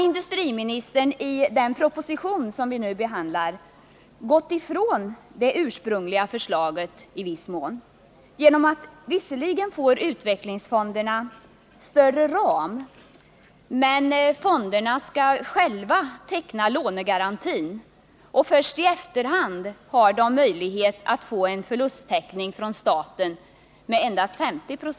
Industriministern har i den proposition som vi nu behandlar gått ifrån det ursprungliga förslaget i viss mån. Visserligen får utvecklingsfonderna större ram, men fonderna skall själva teckna lånegarantin och de har först i efterhand möjlighet att få en förlusttäckning från staten med endast 50 96.